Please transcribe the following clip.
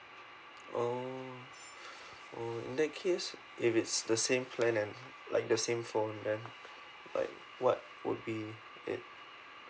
oh oh in that case if it's the same plan and like the same phone then like what would be it